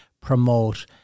promote